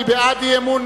מי בעד אי-אמון?